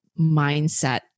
mindset